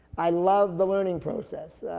i love the learning process.